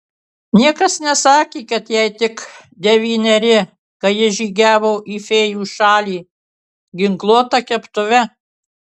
niekas nesakė kad jai tik devyneri kai ji žygiavo į fėjų šalį ginkluota keptuve